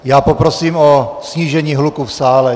Já poprosím o snížení hluku v sále.